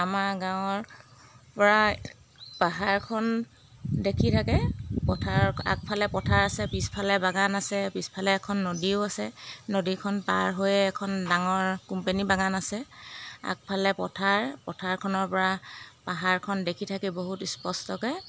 আমাৰ গাঁৱৰ প্ৰায় পাহাৰখন দেখি থাকে পথাৰ আগফালে পথাৰ আছে পিছফালে বাগান আছে পিছফালে এখন নদীও আছে নদীখন পাৰ হৈয়ে এখন ডাঙৰ কোম্পানী বাগান আছে আগফালে পথাৰ পথাৰখনৰ পৰা পাহাৰখন দেখি থাকে বহুত স্পষ্টকৈ